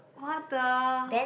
what the